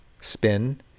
spin